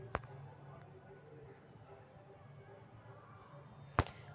अकरा ड्राइविंग पद्धति में भी प्रयोग करा हई